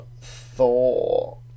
Thor